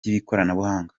by’ikoranabuhanga